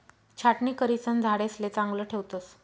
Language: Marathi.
छाटणी करिसन झाडेसले चांगलं ठेवतस